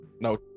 No